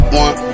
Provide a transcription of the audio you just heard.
one